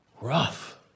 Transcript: rough